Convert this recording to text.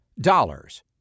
dollars